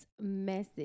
message